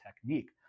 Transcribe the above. technique